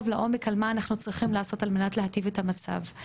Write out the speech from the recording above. לעומק על מה שאנחנו צריכים לעשות כדי להיטיב את המצב.